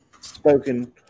spoken